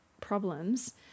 problems